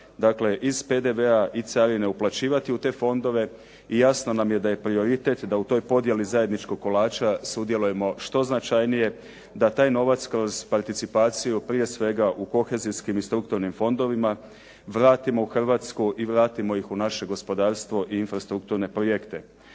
dakle, iz PDV-a i carine uplaćivati u te fondove. I jasno nam je da je prioritet da u toj podjeli zajedničkog kolača sudjelujemo što značajnije, da taj novac kroz participaciju prije svega u kohezijskim i strukturnim fondovima vratimo u Hrvatsku i vratimo ih u naše gospodarstvo i infrastrukturne projekte.